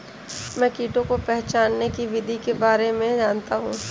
मैं कीटों को पहचानने की विधि के बारे में जनता हूँ